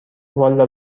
والا